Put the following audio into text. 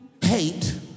hate